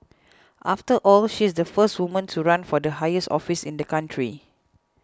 after all she's the first woman to run for the highest office in the country